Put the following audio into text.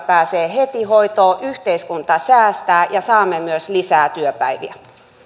pääsee heti hoitoon yhteiskunta säästää ja saamme myös lisää työpäiviä